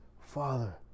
Father